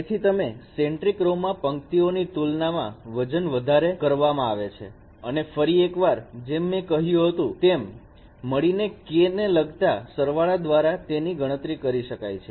તેથી અમે centric row માં પંક્તિઓની તુલનામાં વજન વધારે કરવામાં આવે છે અને ફરી એકવાર જેમ મેં કહ્યું હતું તેમ મળીને K ને લગતા સરવાળા દ્વારા તેની ગણતરી કરી શકાય છે